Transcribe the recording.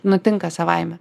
nutinka savaime